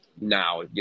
now